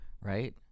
Right